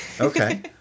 okay